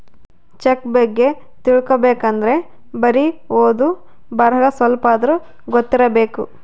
check ಬಗ್ಗೆ ತಿಲಿಬೇಕ್ ಅಂದ್ರೆ ಬರಿ ಓದು ಬರಹ ಸ್ವಲ್ಪಾದ್ರೂ ಗೊತ್ತಿರಬೇಕು